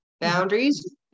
Boundaries